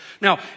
Now